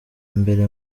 mbere